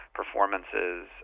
performances